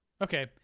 Okay